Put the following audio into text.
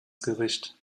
gericht